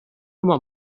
immer